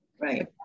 right